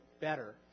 better